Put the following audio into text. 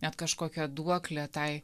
net kažkokią duoklę tai